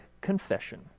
confession